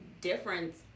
difference